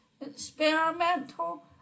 experimental